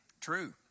True